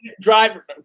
Driver